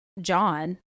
John